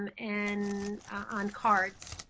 um and on cards.